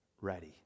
ready